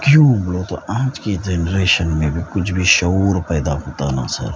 کیوں بولے تو آج کے جنریشن میں کچھ بھی شعور پیدا ہوتا نہ سر